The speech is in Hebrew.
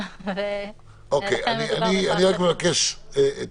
אז אנחנו רוצים לבקש מהרשות להצמיד את